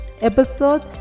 episode